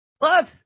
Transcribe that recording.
Love